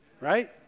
right